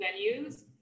venues